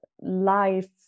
life